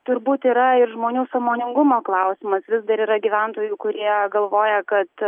turbūt yra ir žmonių sąmoningumo klausimas vis dar yra gyventojų kurie galvoja kad